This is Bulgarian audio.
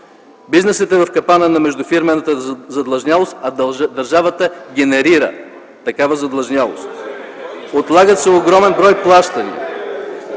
Бизнесът е в капана на междуфирмената задлъжнялост, а държавата генерира такава задлъжнялост. (Реплики от ГЕРБ.) Отлагат се огромен брой плащания.